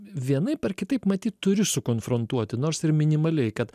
vienaip ar kitaip matyt turi sukonfrontuoti nors ir minimaliai kad